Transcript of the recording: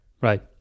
Right